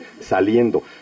saliendo